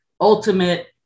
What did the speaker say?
ultimate